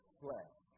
flesh